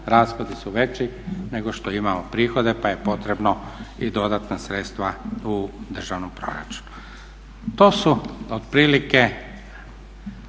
Rashodi su veći nego što imamo prihode pa je potrebno i dodatna sredstava u državnom proračunu. To su otprilike